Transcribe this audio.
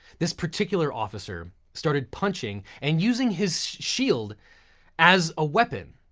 this particular officer started punching and using his shield as a weapon.